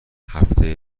هفته